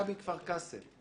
מכבי כפר קאסם,